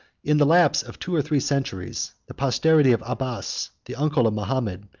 in the lapse of two or three centuries, the posterity of abbas, the uncle of mahomet,